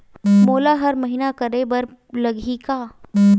मोला हर महीना करे बर लगही का?